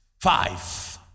Five